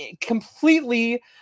completely